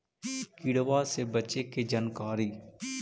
किड़बा से बचे के जानकारी?